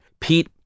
Pete